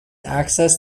access